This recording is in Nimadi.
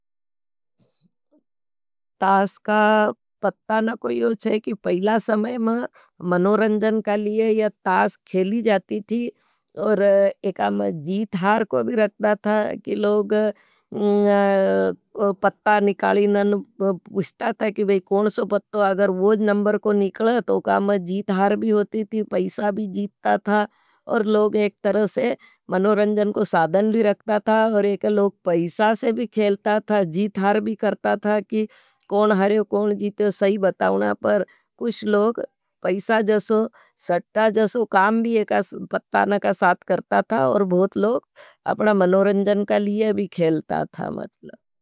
टास का पत्ता ना कोई योच है कि पहला समय में मनोरंजन का लिए या टास खेली जाती थी। और एका मैं जीत हार को भी रखता था। कि लोग पत्ता निकाली न पुछता था कि कौन सो पत्तो अगर वोज नंबर को निकल तो का मैं जीत हार भी होती थी। पैसा भी जीत था था और लोग एक तरह से मनोंरंजन को साधन भी रखता था। और एका लोग पैसा से भी खेल था था जीत हुआई हर भिं करता था कि कोन हरे हो कोण जीटो सैठ बतवना पर पैसा जसो। सट्टा जसो काम भी एक पत्ता नका साथ करता था और बहुत अपना मनोरंजन के लिए भी खेलता था।